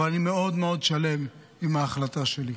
אבל אני מאוד מאוד שלם עם ההחלטה שלי.